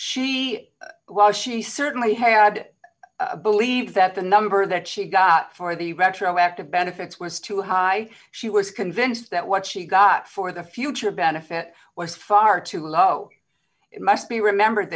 she was she certainly had believed that the number that she got for the retroactive benefits was too high she was convinced that what she got for the future benefit was far too low it must be remembered